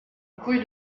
rue